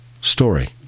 story